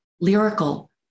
lyrical